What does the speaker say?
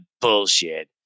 bullshit